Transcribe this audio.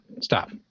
stop